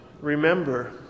remember